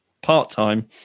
part-time